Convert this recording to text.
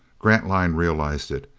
grantline realized it.